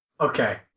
Okay